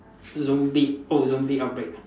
zombie oh zombie outbreak